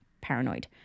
Paranoid